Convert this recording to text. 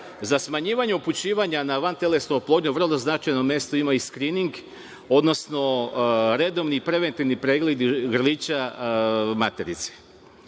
smanjivanje upućivanja na vantelesnu oplodnju vrlo značajno mesto ima i skrining, odnosno redovni preventivni pregled grlića materice.